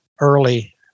early